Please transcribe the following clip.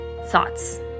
thoughts